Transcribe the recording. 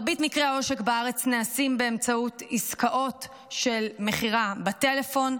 מרבית מקרי העושק בארץ נעשים באמצעות עסקאות של מכירה בטלפון.